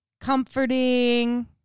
comforting